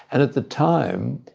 and at the time